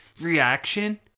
reaction